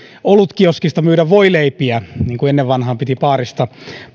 olutkioskista myydä voileipiä niin kuin ennen vanhaan piti baarissa